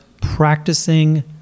practicing